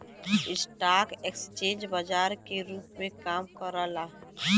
stock exchange बाजार के रूप में काम करला